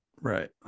Right